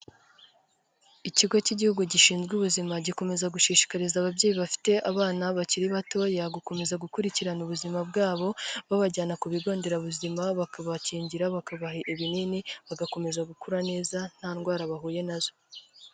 Ikigo cy'igihugu gishinzwe ubuzima, gikomeza gushishikariza ababyeyi bafite abana bakiri batoya, gukomeza gukurikirana ubuzima bwabo, babajyana ku bigo nderabuzima bakabakingira bakabaha ibinini, bagakomeza gukura neza nta ndwara bahuye nazo.